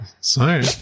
Sorry